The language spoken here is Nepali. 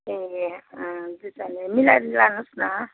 ए अँ त्यसो भा मिलाएर लानुहोस् न